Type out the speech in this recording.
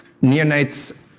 Neonates